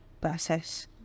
process